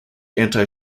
anti